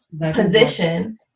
position